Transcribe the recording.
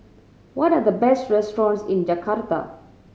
what are the best restaurants in Jakarta